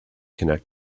connect